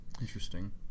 interesting